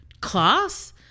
class